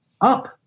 up